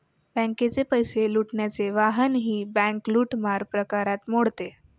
बँकेचे पैसे लुटण्याचे वाहनही बँक लूटमार प्रकारात मोडते